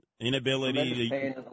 Inability